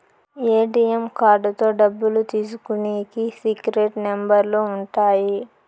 ATM కార్డుతో డబ్బులు తీసుకునికి సీక్రెట్ నెంబర్లు ఉంటాయి